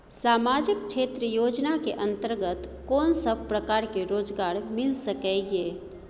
सामाजिक क्षेत्र योजना के अंतर्गत कोन सब प्रकार के रोजगार मिल सके ये?